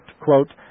quote